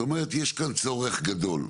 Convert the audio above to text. זאת אומרת יש כאן צורך גדול.